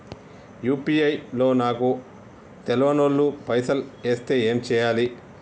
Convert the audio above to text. UPI లో నాకు తెల్వనోళ్లు పైసల్ ఎస్తే ఏం చేయాలి?